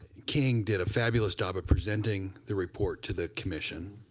king did a fabulous job of presenting the report to the commission.